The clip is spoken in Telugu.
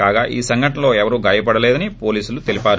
కాగా ఈ సంఘటనలో ఎవరూ గాయ పడలేదని పోలీసులు తెలిపారు